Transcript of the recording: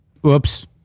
Whoops